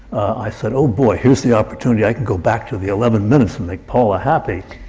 i said, oh, boy, here's the opportunity! i can go back to the eleven minutes and make paula happy!